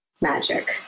magic